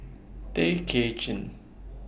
Tay Kay Chin